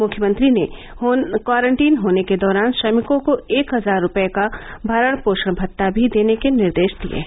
मुख्यमंत्री ने क्वारंटीन होने के दौरान श्रमिकों को एक हजार रूपए का भरण पोषण भत्ता भी देने के निर्देश दिए हैं